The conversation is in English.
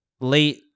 late